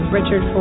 Richard